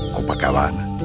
Copacabana